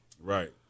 Right